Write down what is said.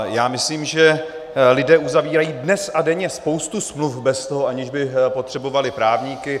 Já myslím, že lidé uzavírají dnes a denně spoustu smluv, aniž by potřebovali právníky.